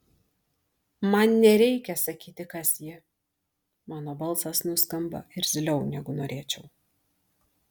man nereikia sakyti kas ji mano balsas nuskamba irzliau negu norėčiau